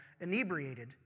inebriated